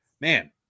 man